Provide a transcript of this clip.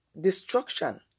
destruction